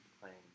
playing